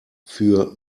für